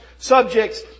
Subjects